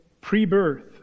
pre-birth